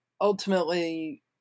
ultimately